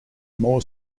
more